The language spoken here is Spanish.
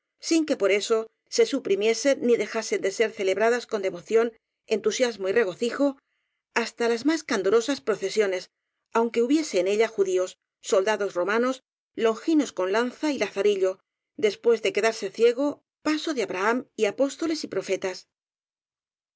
sin que por eso se suprimiesen ni dejasen de ser celebradas con devoción entusiasmo y regocijo hasta las más candorosas procesiones aunque hubiese en ellas judíos soldados romanos longinos con lanza y lazarillo después de quedarse ciego paso de abraham y apóstoles y profetas